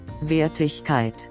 Wertigkeit